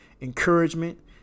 encouragement